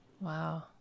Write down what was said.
Wow